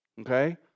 okay